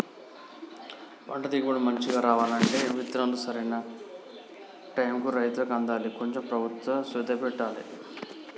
పంట దిగుబడి మంచిగా రావాలంటే విత్తనాలు సరైన టైముకు రైతులకు అందాలి కొంచెం ప్రభుత్వం శ్రద్ధ పెట్టాలె